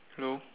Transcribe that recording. hello